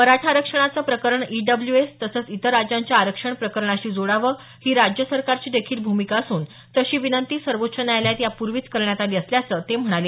मराठा आरक्षणाचे प्रकरण ईडब्ल्यूएस तसंच इतर राज्यांच्या आरक्षण प्रकरणाशी जोडावं ही राज्य सरकारची देखील भूमिका असून तशी विनंती सर्वोच्च न्यायालयात यापूर्वीच करण्यात आली असल्याचं ते म्हणाले